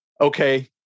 okay